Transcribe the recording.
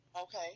Okay